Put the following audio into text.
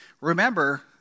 Remember